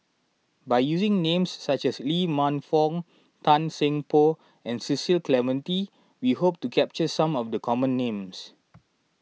by using names such as Lee Man Fong Tan Seng Poh and Cecil Clementi we hope to capture some of the common names